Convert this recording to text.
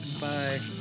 bye